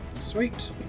sweet